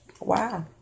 Wow